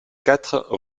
quatre